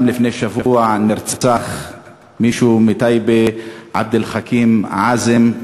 לפני שבוע נרצח גם מישהו מטייבה, עבד-אלחכים עזאם.